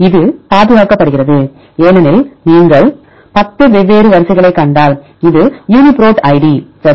இது பாதுகாக்கப்படுகிறது ஏனெனில் நீங்கள் 10 வெவ்வேறு வரிசைகளைக் கண்டால் இது யூனிபிரோட் ஐடி சரி